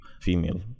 female